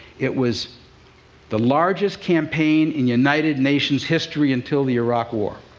it was the largest campaign in united nations history, until the iraq war.